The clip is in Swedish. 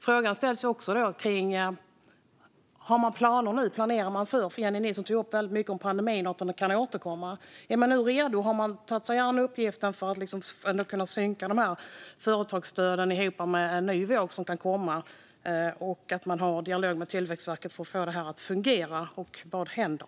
Frågan ställs också: Vad har man för planer? Jennie Nilsson tog upp väldigt mycket om att pandemin kan återkomma. Är man nu redo? Har man tagit sig an uppgiften att synkronisera företagsstöden ihop med en ny våg som kan komma, och har man en dialog med Tillväxtverket för att få det att fungera? Vad händer?